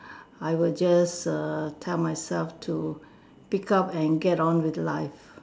I would just err tell myself to pickup and get on with life